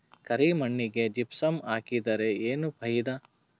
ಕರಿ ಮಣ್ಣಿಗೆ ಜಿಪ್ಸಮ್ ಹಾಕಿದರೆ ಏನ್ ಫಾಯಿದಾ?